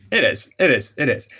it is. it is. it is.